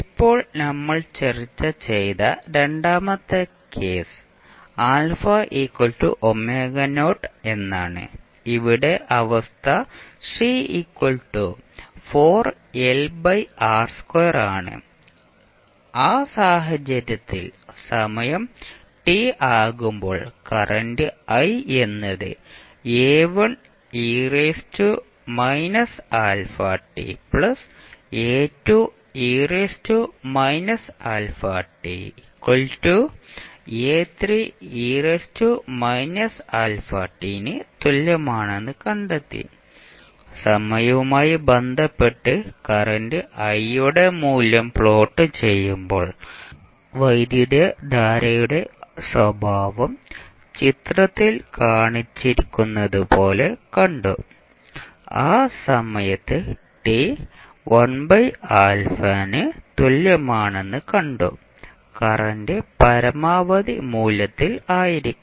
ഇപ്പോൾ നമ്മൾ ചർച്ച ചെയ്ത രണ്ടാമത്തെ കേസ് ɑ എന്നാണ് ഇവിടെ അവസ്ഥ ആണ് ആ സാഹചര്യത്തിൽ സമയം ടി ആകുമ്പോൾ കറന്റ് i എന്നത് ന് തുല്യമാണെന്ന് കണ്ടെത്തി സമയവുമായി ബന്ധപ്പെട്ട് കറന്റ് i യുടെ മൂല്യം പ്ലോട്ട് ചെയ്യുമ്പോൾ വൈദ്യുതധാരയുടെ സ്വഭാവം ചിത്രത്തിൽ കാണിച്ചിരിക്കുന്നതുപോലെ കണ്ടു ആ സമയത്ത് t 1α ന് തുല്യമാണെന്ന് കണ്ടു കറന്റ് പരമാവധി മൂല്യത്തിൽ ആയിരിക്കും